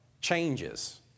changes